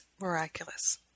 miraculous